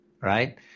right